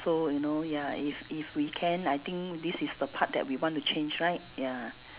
so you know ya if if we can I think this is the part that we want to change right ya